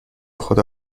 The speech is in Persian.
خدا